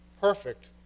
perfect